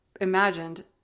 imagined